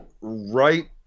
right